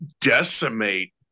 decimate